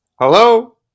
Hello